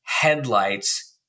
headlights